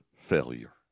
failure